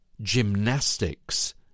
gymnastics